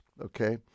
okay